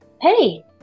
hey